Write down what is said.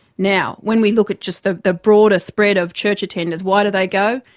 now when we look at just the the broader spread of church attenders, why do they go?